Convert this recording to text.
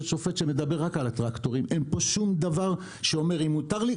שופט שמדבר רק על הטרקטורים אין פה שום דבר שאומר אם מותר לי,